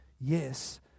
Yes